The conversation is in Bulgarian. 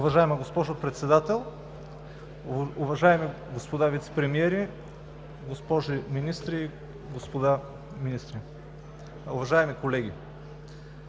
Уважаема госпожо Председател, уважаеми господа вицепремиери, госпожи министри, господа министри! Уважаеми колеги,